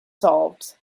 solved